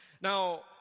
Now